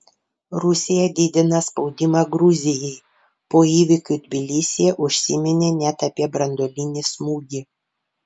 rusija didina spaudimą gruzijai po įvykių tbilisyje užsiminė net apie branduolinį smūgį